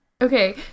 okay